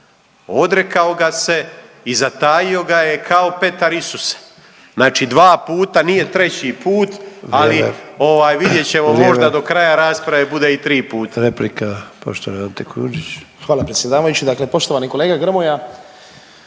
Odrekao ga se i zatajio ga je kao Petar Isusa. Znači dva puta. Nije treći put, ali vidjet ćemo možda do kraja rasprave bude i tri puta.